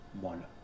one